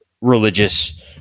religious